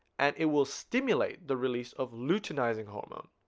and it will stimulate the release of luteinizing hormone